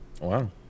Wow